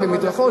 במדרכות,